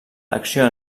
l’acció